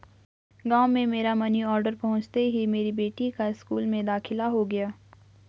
गांव में मेरा मनी ऑर्डर पहुंचते ही मेरी बेटी का स्कूल में दाखिला हो गया